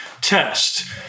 test